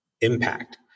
impact